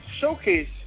showcase